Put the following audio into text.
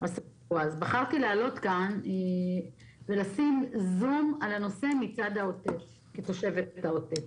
בחרתי לעלות כאן ולשים זום על הצד של העוטף כתושבת העוטף.